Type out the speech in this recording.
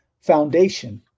foundation